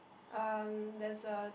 um there's a